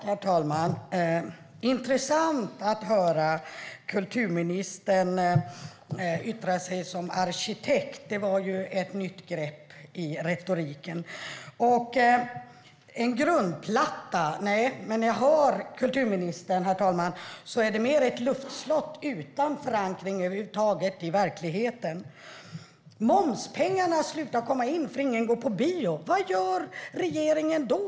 Herr talman! Det är intressant att höra kulturministern yttra sig som arkitekt. Det var ett nytt grepp i retoriken. En grundplatta - nej, herr talman - när jag lyssnar på kulturministern uppfattar jag snarare ett luftslott utan förankring i verkligheten över huvud taget. Momspengarna slutar komma in därför att ingen går på bio. Vad gör regeringen då?